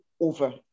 over